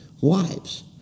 wives